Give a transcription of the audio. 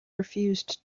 refused